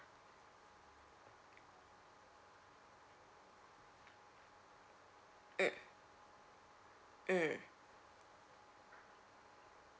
mm mm